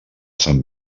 sant